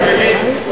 אבל אני מבין,